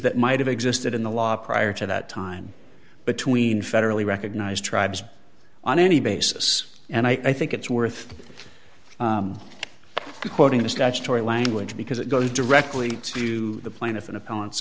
that might have existed in the law prior to that time between federally recognized tribes on any basis and i think its worth according to statutory language because it goes directly to the plaintiff and opponents